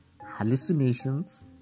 hallucinations